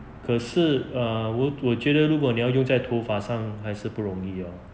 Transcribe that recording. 可是 err 我觉得如果你要用在头发上还是不容易哦